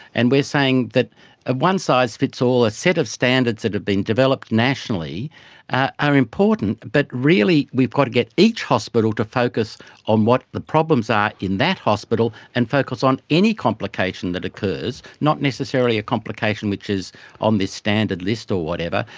and we're saying that one size fits all, a set of standards that have been developed nationally are important but really we've got to get each hospital to focus on what the problems are in that hospital and focus on any complication that occurs, not necessarily a complication which is on this standard list or whatever,